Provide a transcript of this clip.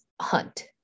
hunt